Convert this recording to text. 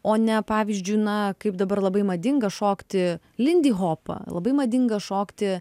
o ne pavyzdžiui na kaip dabar labai madinga šokti lindihopą labai madinga šokti